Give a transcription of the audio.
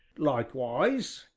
likewise,